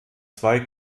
zwei